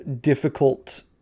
difficult